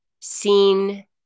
seen